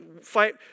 fight